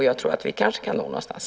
Jag tror att vi kanske kan komma någonstans.